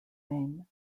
name